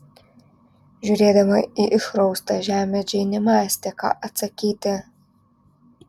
žiūrėdama į išraustą žemę džeinė mąstė ką atsakyti